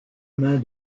main